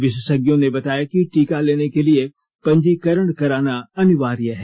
विशेषज्ञों ने बताया कि टीका लेने के लिए पंजीकरण कराना अनिवार्य है